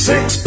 Six